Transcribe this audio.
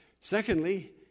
Secondly